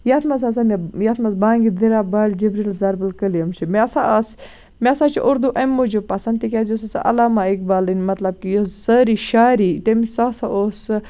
یَتھ منٛز ہسا مےٚ یَتھ منٛزبانگی دریاب جبریٖل ضربُل کٔلیم چھُ مےٚہسا آسہٕ مےٚ سا چھُ اُردُو اَمہِ موٗجوٗب پَسنٛد تِکیٛازِ یُس ہسا علامہٕ اَقبالٕنۍ مطلب یُس سٲری شاعری تٔمۍ سُہ ہسا اوس سُہ